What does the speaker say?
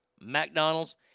McDonald's